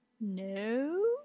No